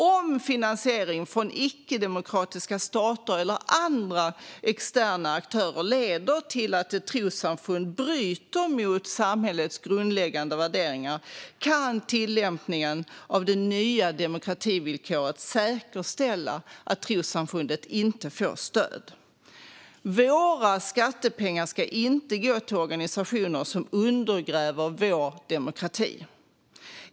Om finansiering från icke-demokratiska stater eller andra externa aktörer leder till att ett trossamfund bryter mot samhällets grundläggande värderingar kan tillämpning av det nya demokrativillkoret säkerställa att trossamfundet inte får stöd. Våra skattepengar ska inte gå till organisationer som undergräver vår demokrati.